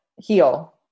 heal